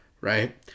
right